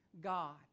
God